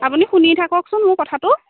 আপুনি শুনি থাককচোন মোৰ কথাটো